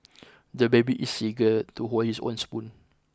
the baby is eager to hold his own spoon